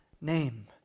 name